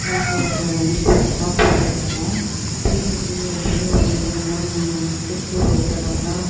வீட்டில் இருக்கிற வண்டி வச்சு தான் போய் ஆகணும் பேருந்து எப்படியும் ஒரு ரெண்டுமே நேரம் மூணுமே நேரத்துக்கு ஒரு தடவை தான்